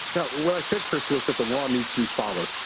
no, what i said, chris, was that the law needs to be followed.